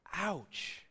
Ouch